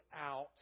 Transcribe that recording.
out